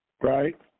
right